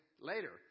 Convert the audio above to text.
later